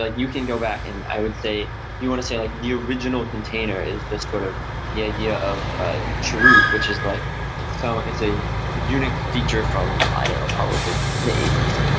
ah you can go back and i would say you want to say like the original container is just sort of the idea of, ah which is like it's so it's a unique feature from i don't know, probably the eighty s,